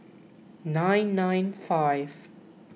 nine nine five